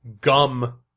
gum